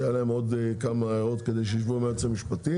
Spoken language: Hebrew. היו להם עוד כמה הערות כדי שיישבו עם היועץ המשפטי.